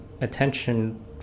attention